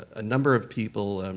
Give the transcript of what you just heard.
a number of people,